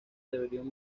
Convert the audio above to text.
rebelión